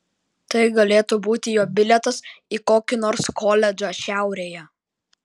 tai galėtų būti jo bilietas į kokį nors koledžą šiaurėje